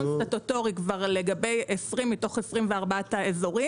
תכנון סטטוטורי לגבי 20 מתוך 24 אזורים,